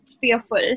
fearful